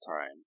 time